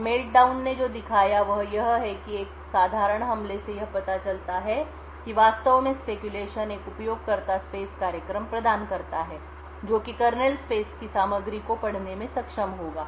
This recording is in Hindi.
अब मेल्टडाउन ने जो दिखाया वह यह है कि एक साधारण हमले से यह पता चलता है कि वास्तव में स्पैक्यूलेशन एक उपयोगकर्ता स्पेस कार्यक्रम प्रदान करता है जो कि कर्नेल स्पेस की सामग्री को पढ़ने में सक्षम होगा